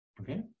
Okay